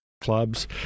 Clubs